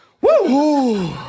Woo